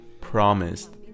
promised